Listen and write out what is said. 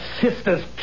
sister's